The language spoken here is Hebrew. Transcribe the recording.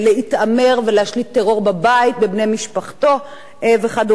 להתעמר ולהשליט טרור בבית, בבני משפחתו וכדומה.